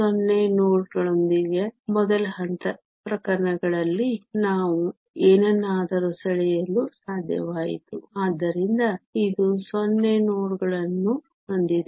0 ನೋಡ್ಗಳೊಂದಿಗಿನ ಮೊದಲ ಪ್ರಕರಣದಲ್ಲಿ ನಾವು ಏನನ್ನಾದರೂ ಸೆಳೆಯಲು ಸಾಧ್ಯವಾಯಿತು ಆದ್ದರಿಂದ ಇದು 0 ನೋಡ್ಗಳನ್ನು ಹೊಂದಿದೆ